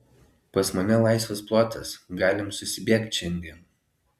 pas mane laisvas plotas galim susibėgt šiandien